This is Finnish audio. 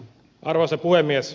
arvoisa puhemies